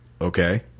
okay